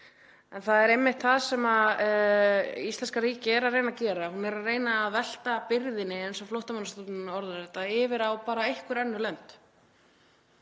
En það er einmitt það sem íslenska ríkið er að reyna að gera, það er að reyna að velta byrðinni, eins og Flóttamannastofnunin orðar þetta, yfir á einhver önnur lönd.